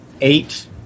eight